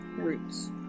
roots